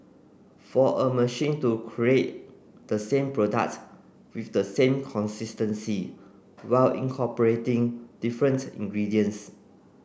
for a machine to create the same product with the same consistency while incorporating different ingredients